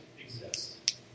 exist